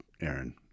Aaron